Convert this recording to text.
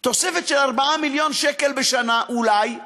תוספת של 4 מיליון שקל בשנה, אולי,